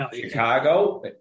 Chicago